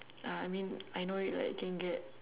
uh I mean I know it like it can get